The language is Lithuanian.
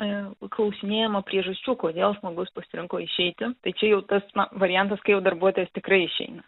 klausinėjama priežasčių kodėl žmogus pasirinko išeiti tai čia jau tas na variantas kai darbuotojas tikrai išeina